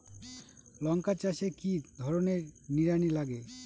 লঙ্কা চাষে কি ধরনের নিড়ানি লাগে?